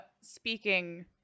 speaking